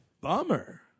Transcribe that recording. bummer